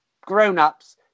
grown-ups